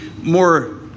more